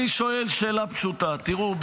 אני שואל שאלה פשוטה: תראו,